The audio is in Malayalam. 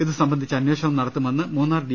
ഇതു സംബന്ധിച്ച് അമ്പേഷണം നടത്തുമെന്ന് മൂന്നാർ ഡി